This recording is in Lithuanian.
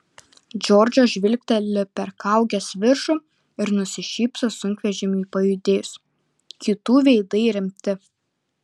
džordžas žvilgteli per kaugės viršų ir nusišypso sunkvežimiui pajudėjus kitų veidai rimti